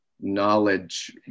knowledge